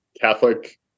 Catholic